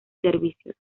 servicios